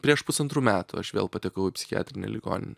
prieš pusantrų metų aš vėl patekau į psivhiatrinę ligon